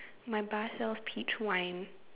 my bar sells peach wine